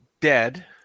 dead